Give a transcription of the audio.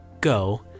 go